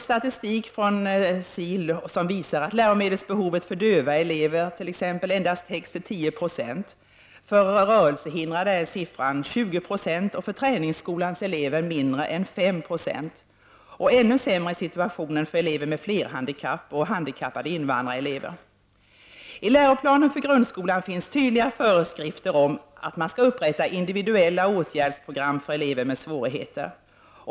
Statistik från SIL visar att t.ex. läromedelsbehovet för döva elever endast täcks till 10 96. Motsvarande siffra för rörelsehindrade är 20 96 och för trä ningsskolans elever mindre än 5 Ze. Ännu sämre är situationen för elever med flerhandikapp och för handikappade invandrarelever. I läroplanen för grundskolan finns det tydliga föreskrifter om att individuella åtgärdsprogram skall upprättas för elever med svårigheter.